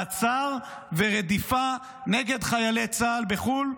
מעצר ורדיפה של חיילי צה"ל בחו"ל,